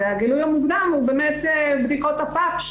הגילוי המוקדם הוא באמת בדיקות הפאפ,